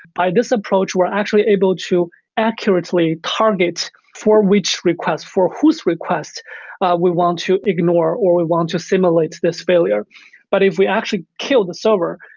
this approach we're actually able to accurately target for which request, for whose request we want to ignore or we want to simulate this failure but if we actually kill the server,